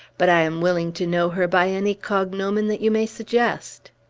but i am willing to know her by any cognomen that you may suggest.